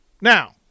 Now